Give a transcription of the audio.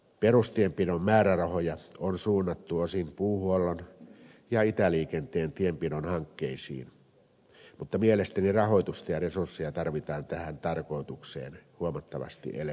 perustienpidon määrärahoja on suunnattu osin puuhuollon ja itäliikenteen tienpidon hankkeisiin mutta mielestäni rahoitusta ja resursseja tarvitaan tähän tarkoitukseen huomattavasti enemmän